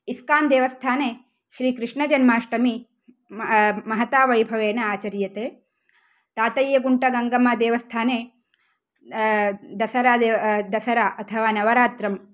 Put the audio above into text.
ISKCON देवस्थाने श्रीकृष्णजन्माष्टमी महता वैभवेन आचर्यते तातय्यगुण्टागङ्गम्मादेवस्थाने दसरा दसरा अथवा नवरात्रम्